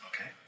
Okay